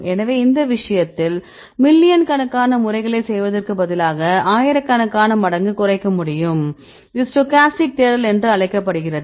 எனவே இந்த விஷயத்தில் மில்லியன் கணக்கான முறைகளைச் செய்வதற்குப் பதிலாக ஆயிரக்கணக்கான மடங்கு குறைக்க முடியும் இது ஸ்டோக்காஸ்டிக் தேடல் என்று அழைக்கப்படுகிறது